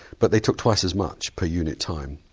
but they took twice as much per unit time.